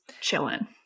chilling